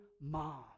mom